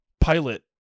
pilot